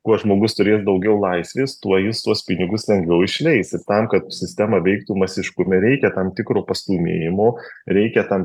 kuo žmogus turės daugiau laisvės tuo jis tuos pinigus lengviau išleis ir tam kad sistema veiktų masiškume reikia tam tikro pastūmėjimo reikia tam